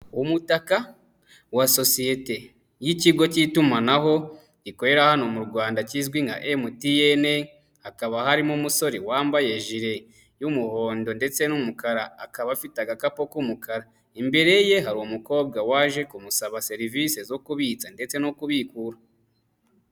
Umutaka wa sosiyete y'ikigo k'itumanaho gikorera hano mu Rwanda kizwi nka MTN, hakaba harimo umusore wambaye jire y'umuhondo ndetse n'umukara akaba afite agakapu k'umukara, imbere ye hari umukobwa waje kumusaba serivisi zo kubitsa ndetse no kubikura.